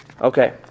Okay